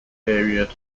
period